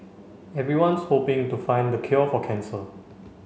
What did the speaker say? everyone's hoping to find the cure for cancer